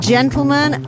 Gentlemen